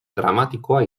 dramatikoa